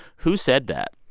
who said that?